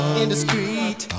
indiscreet